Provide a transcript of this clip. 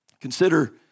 Consider